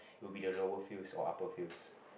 it will be the lower fields or upper fields